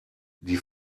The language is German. die